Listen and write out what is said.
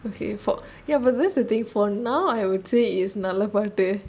okay for ya but that's the thing for now I would say is நல்லபாட்டு:nalla paatu